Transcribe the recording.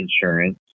insurance